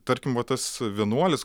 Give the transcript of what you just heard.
tarkim va tas vienuolis